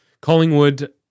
Collingwood